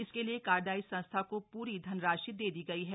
इसके लिए कार्यदायी संस्था को पूरी धनराशि दे दी है